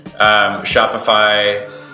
Shopify